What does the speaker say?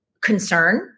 concern